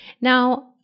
Now